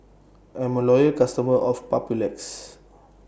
I'm A Loyal customer of Papulex